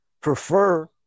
prefer